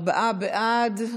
ארבעה בעד,